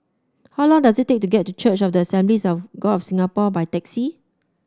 how long does it take to get to Church of the Assemblies of God of Singapore by taxi